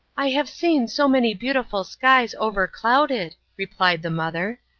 i have seen so many beautiful skies overclouded, replied the mother,